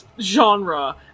genre